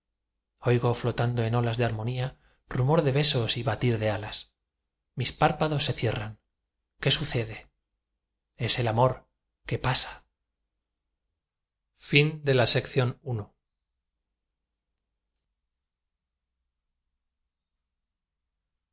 oigo flotando en olas de armonía rumor de besos y batir de alas mis párpados se cierran qué sucede es el amor que pasa